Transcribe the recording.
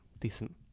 Decent